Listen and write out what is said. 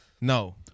No